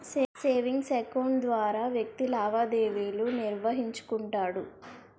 savings account ద్వారా వ్యక్తి లావాదేవీలు నిర్వహించుకుంటాడు